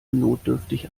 notdürftig